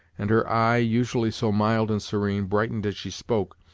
and her eye, usually so mild and serene, brightened as she spoke,